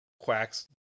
quacks